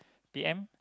p_m